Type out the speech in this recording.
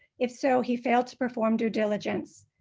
if so he failed to perform due diligence.